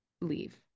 leave